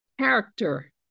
character